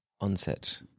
onset